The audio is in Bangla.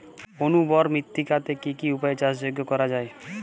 অনুর্বর মৃত্তিকাকে কি কি উপায়ে চাষযোগ্য করা যায়?